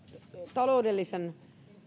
taloudellisen